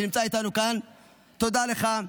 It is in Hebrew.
שנמצא איתנו כאן תודה לך,